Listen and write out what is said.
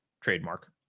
trademark